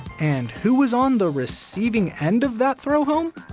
and who was on the receiving end of that throw home?